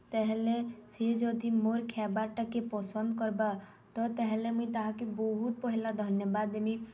ତାହେଲେ ସେ ଯଦି ମୋର୍ ଖାଏବାର୍ଟାକେ ପସନ୍ଦ୍ କର୍ବା ତ ତାହେଲେ ମୁଇଁ ତାହାକେ ବହୁତ୍ ପହଲା ଧନ୍ୟବାଦ୍ ଦେମି